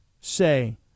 say